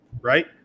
right